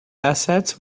assets